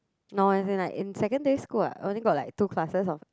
no as in like in secondary school what only got two classes of